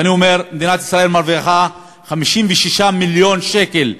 ואני אומר, מדינת ישראל מרוויחה 56 מיליון שקלים.